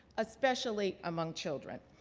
especially among children.